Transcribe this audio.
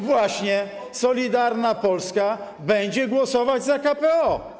Właśnie Solidarna Polska będzie głosować za KPO.